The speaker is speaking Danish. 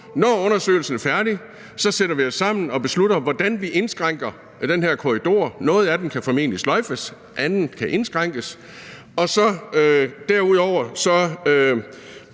når undersøgelsen er færdig, og beslutte, hvordan vi indskrænker den her korridor – noget af den kan formentlig sløjfes, og andet kan indskrænkes. Derudover skal